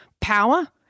power